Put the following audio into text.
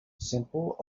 simple